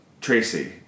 Tracy